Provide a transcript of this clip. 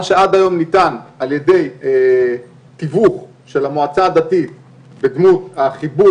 מה שעד היום ניתן על ידי תיווך של המועצה הדתית בדמות החיבור